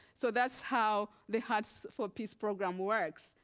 so that's how the huts for peace program works.